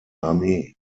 armee